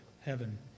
Heaven